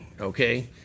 okay